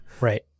right